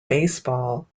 baseball